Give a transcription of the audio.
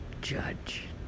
judge